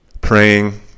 praying